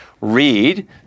Read